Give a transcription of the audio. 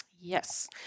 Yes